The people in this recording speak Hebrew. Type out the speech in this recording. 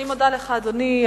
אני מודה לך, אדוני.